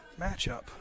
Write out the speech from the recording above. matchup